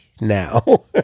now